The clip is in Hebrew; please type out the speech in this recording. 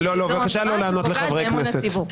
שזו מהפכה שפוגעת באמון הציבור.